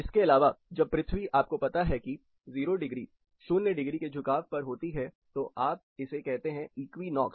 इसके अलावा जब पृथ्वी आपको पता है कि 0° के झुकाव पर होती है तो आप इसे कहते हैं इक्विनोक्स